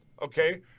Okay